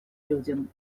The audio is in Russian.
людям